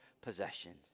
possessions